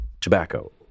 tobacco